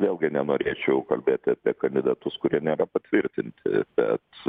vėlgi nenorėčiau kalbėti apie kandidatus kurie nėra patvirtinti bet